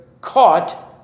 caught